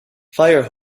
fire